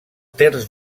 terç